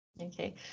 Okay